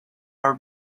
her